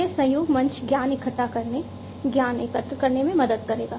यह सहयोग मंच ज्ञान इकट्ठा करने ज्ञान एकत्र करने में मदद करेगा